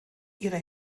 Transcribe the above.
ihre